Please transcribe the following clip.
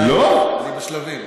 לא, לא.